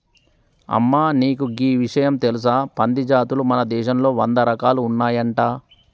అమ్మ నీకు గీ ఇషయం తెలుసా పంది జాతులు మన దేశంలో వంద రకాలు ఉన్నాయంట